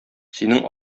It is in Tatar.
синең